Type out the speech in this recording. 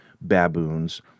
baboons